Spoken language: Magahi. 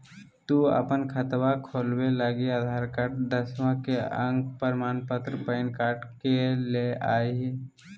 तू अपन खतवा खोलवे लागी आधार कार्ड, दसवां के अक प्रमाण पत्र, पैन कार्ड ले के अइह